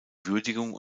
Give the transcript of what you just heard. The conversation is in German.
würdigung